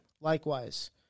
Likewise